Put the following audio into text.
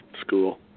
school